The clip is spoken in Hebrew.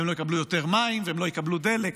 והם לא יקבלו יותר מים והם לא יקבלו דלק.